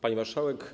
Pani Marszałek!